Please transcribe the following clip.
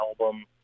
album